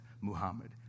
Muhammad